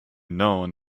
known